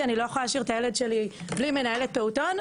אני לא יכולה להשאיר את הילד שלי בלי מנהלת פעוטון,